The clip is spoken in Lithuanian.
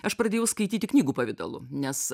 aš pradėjau skaityti knygų pavidalu nes